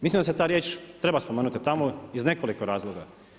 Mislim da se ta riječ treba spomenuti tamo, iz nekoliko razloga.